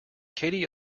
katie